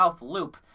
Loop